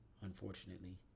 unfortunately